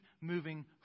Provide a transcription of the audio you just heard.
moving